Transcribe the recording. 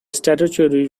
statutory